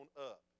up